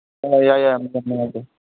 ꯑꯣ ꯌꯥꯏ ꯌꯥꯏ ꯌꯥꯝ ꯅꯨꯉꯥꯏꯖꯔꯦ